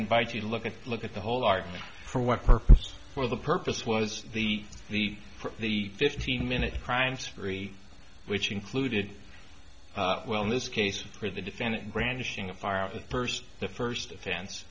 invite you to look at look at the whole argument for what purpose for the purpose was the the the fifteen minute crime spree which included well in this case where the defendant brandishing a firearm the first the f